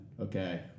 Okay